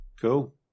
Cool